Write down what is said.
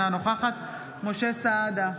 אינה נוכחת משה סעדה,